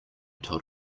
told